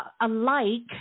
alike